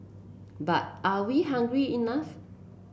but are we hungry enough